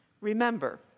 Remember